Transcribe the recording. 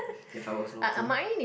if I was naughty